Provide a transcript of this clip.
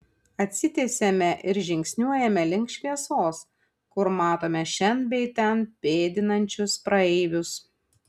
atsitiesiame ir žingsniuojame link šviesos kur matome šen bei ten pėdinančius praeivius